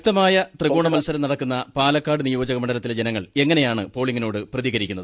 ശക്തമായ ത്രികോണ മൽസരം നടക്കുന്ന പാലക്കാട് നിയോജകമണ്ഡത്തിലെ ജനങ്ങൾ എങ്ങനെയാണ് പോളിംഗിനോട് പ്രതികരിക്കുന്നത്